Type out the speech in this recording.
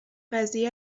قضیه